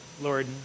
Lord